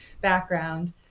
background